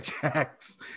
Jax